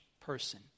person